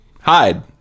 Hide